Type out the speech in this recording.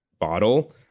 bottle